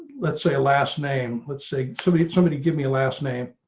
let's say, a last name. let's say somebody, somebody give me a last name.